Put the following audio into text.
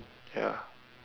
ya